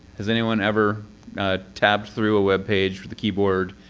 has anyone ever tabbed through a web page for the keyboard,